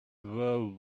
were